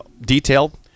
detailed